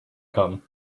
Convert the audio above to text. come